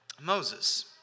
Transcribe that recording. Moses